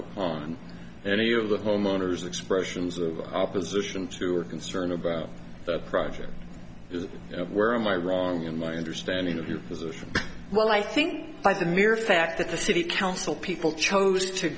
on any of the homeowners expressions of opposition to or concern about the project where am i wrong in my understanding of your position well i think by the mere fact that the city council people chose to